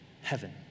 heaven